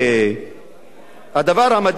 הדבר המדאיג,